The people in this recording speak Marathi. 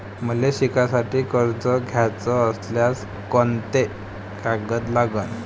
मले शिकासाठी कर्ज घ्याचं असल्यास कोंते कागद लागन?